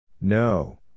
No